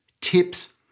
tips